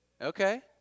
Okay